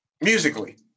Musically